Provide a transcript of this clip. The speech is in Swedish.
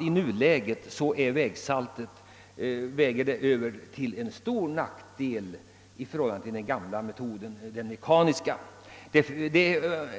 I nuläget torde saltmetodens nackdelar väga över i jämförelse med den gamla mekaniska metodens.